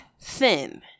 thin